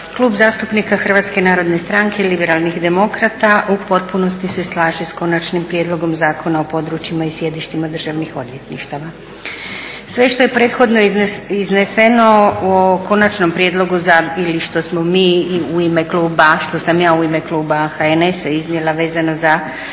Klub zastupnika HNS-a u potpunosti se slaže s Konačnim prijedlogom Zakona o područjima i sjedištima državnih odvjetništava. Sve što je prethodno izneseno o konačnom prijedlogu ili što smo mi u ime kluba, što sam ja